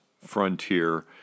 frontier